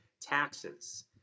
taxes